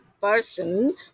person